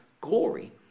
glory